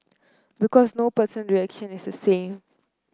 because no person reaction is the same